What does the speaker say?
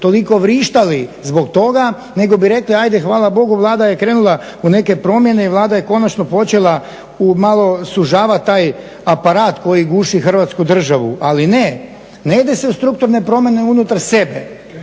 toliko vrištali zbog toga nego bi rekli hajde, hvala bogu Vlada je krenula u neke promjene i Vlada je konačno počela malo sužavat taj aparat koji guši Hrvatsku državu. Ali ne, ne ide se u strukturne promjene unutar sebe,